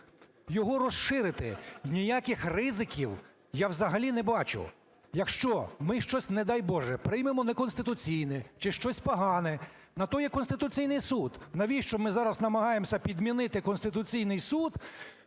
його розширити. Ніяких ризиків я взагалі не бачу. Якщо ми щось, не дай Боже, приймемо неконституційне чи щось погане, на те є Конституційний Суд. Навіщо ми зараз намагаємося підмінити Конституційний Суд,